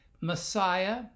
Messiah